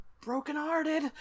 brokenhearted